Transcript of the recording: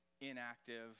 inactive